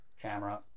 camera